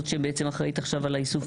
זאת שבעצם אחראית עכשיו על האיסוף,